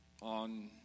on